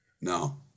No